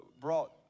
brought